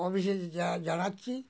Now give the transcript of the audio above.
অফিসে যা জানাচ্ছি